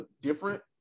different